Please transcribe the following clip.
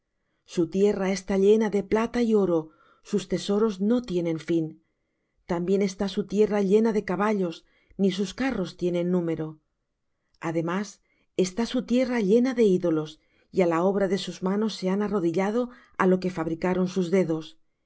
su tierra está llena de plata y oro sus tesoros no tienen fin también está su tierra llena de caballos ni sus carros tienen número además está su tierra llena de ídolos y á la obra de sus manos se han arrodillado á lo que fabricaron sus dedos